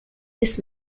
this